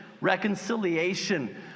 reconciliation